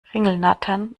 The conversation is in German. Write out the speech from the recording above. ringelnattern